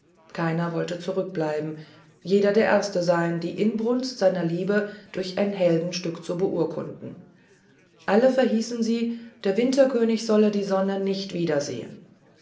keiner wollte zurückbleiben jeder der erste sein die inbrunst seiner liebe durch ein heldenstück zu beurkunden also verhießen sie der winterkönig solle die sonne nicht wiedersehen